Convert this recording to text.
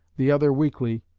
the other weekly,